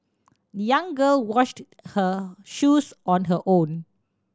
the young girl washed her shoes on her own